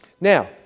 Now